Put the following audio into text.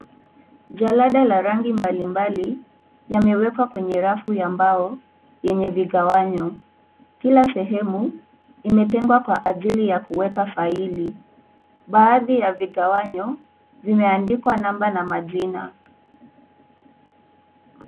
Jalada zenye rangi mbalimbali yamewekwa kwenye rafu za mbao yenye vigawanyo. Kila sehemu imetengwa jwa ajili ya kuweka faili. Baadhi ya vigawanyo vimeandikwa namba na majina.